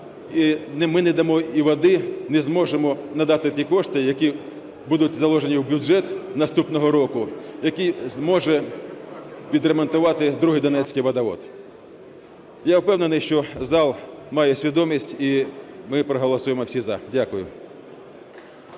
ми не дамо і води, не зможемо надати ті кошти, які будуть заложені в бюджет наступного року, який зможе відремонтувати Другий донецький водовід. Я впевнений, що зал має свідомість, і ми проголосуємо всі "за". Дякую.